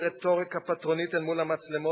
רטוריקה פטרונית אל מול המצלמות,